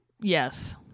Yes